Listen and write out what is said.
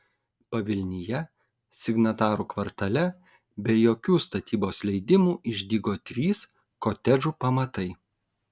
pavilnyje signatarų kvartale be jokių statybos leidimų išdygo trys kotedžų pamatai